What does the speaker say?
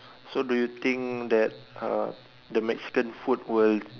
so do you think that uh the Mexican food will